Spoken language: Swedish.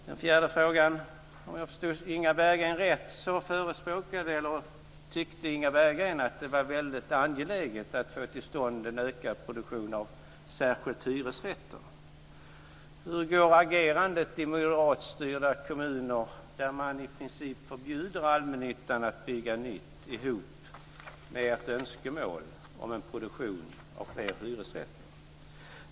Min fjärde fråga är: Om jag förstod Inga Berggren rätt tyckte hon att det var väldigt angeläget att få till stånd en ökad produktion av särskilt hyresrätter. Hur går agerandet i moderatstyrda kommuner, där man i princip förbjuder allmännyttan att bygga nytt, ihop med ert önskemål om en produktion av fler hyresrätter?